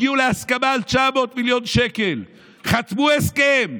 הגיעו להסכמה על 900 מיליון שקל וחתמו על הסכם.